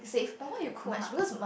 but what you cook [huh]